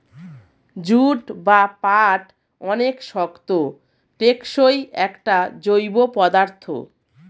jute বা পাট অনেক শক্ত, টেকসই একটা জৈব পদার্থ